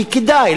כי כדאי.